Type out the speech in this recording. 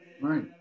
Right